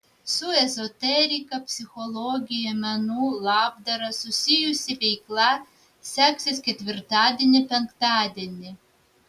su ezoterika psichologija menu labdara susijusi veikla seksis ketvirtadienį penktadienį